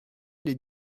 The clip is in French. les